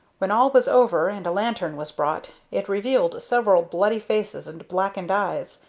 when all was over and a lantern was brought, it revealed several bloody faces and blackened eyes.